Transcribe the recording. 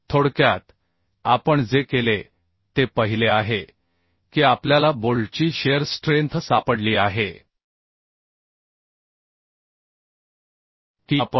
थोडक्यात आपण जे केले ते पहिले आहे की आपल्याला बोल्टची शिअर स्ट्रेंथ सापडली आहे की आपण ANB